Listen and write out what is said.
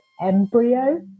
embryo